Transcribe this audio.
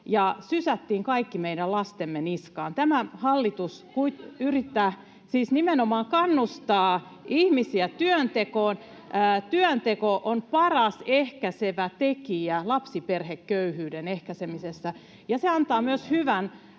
Te otatte enemmän velkaa!] Tämä hallitus nimenomaan kannustaa ihmisiä työntekoon. Työnteko on paras tekijä lapsiperheköyhyyden ehkäisemisessä, ja se antaa myös